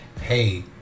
hey